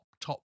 top